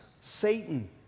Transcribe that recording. Satan